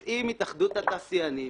אז אם התאחדות התעשיינים